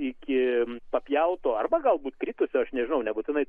iki papjauto arba galbūt kritusio aš nežinau nebūtinai